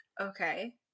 Okay